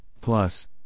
Plus